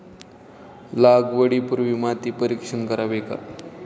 लागवडी पूर्वी माती परीक्षण करावे का?